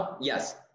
yes